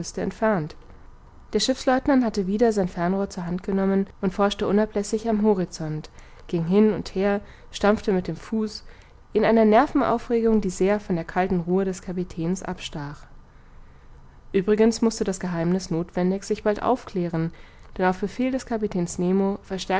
entfernt der schiffslieutenant hatte wieder sein fernrohr zur hand genommen und forschte unablässig am horizont ging hin und her stampfte mit dem fuß in einer nervenaufregung die sehr von der kalten ruhe des kapitäns abstach uebrigens mußte das geheimniß nothwendig sich bald aufklären denn auf befehl des kapitäns